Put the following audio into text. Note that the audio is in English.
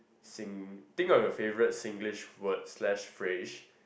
sing think of your favourite Singlish word slash phrase